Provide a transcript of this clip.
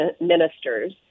ministers